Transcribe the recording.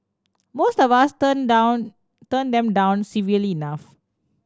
most of us turn down turn them down civilly enough